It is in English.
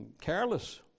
Careless